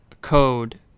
code